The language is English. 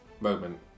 moment